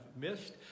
missed